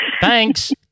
thanks